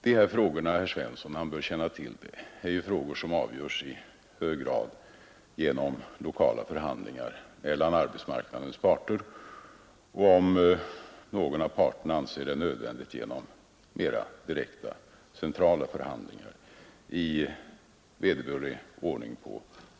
De frågor det här gäller avgörs i hög grad — vilket herr Svensson torde känna till — genom lokala förhandlingar mellan arbetsmarknadens parter och, om någon av parterna anser det nödvändigt, genom mera direkta, centrala förhandlingar i vederbörlig ordning.